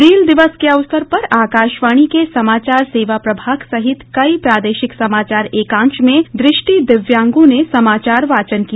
Braille दिवस के अवसर पर आकाशवाणी के समाचार सेवा प्रभाग सहित कई प्रादेशिक समाचार एकांश में दृष्टि दिव्यांगों ने समाचार वाचन किया